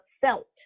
felt